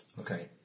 Okay